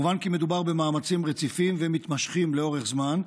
מובהר כי מדובר במאמצים רציפים ומתמשכים לאורך זמן,